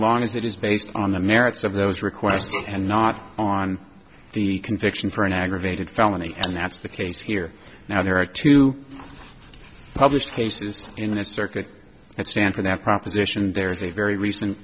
long as it is based on the merits of those requests and not on the conviction for an aggravated felony and that's the case here now there are two published cases in a circuit that stand for that proposition there is a very recent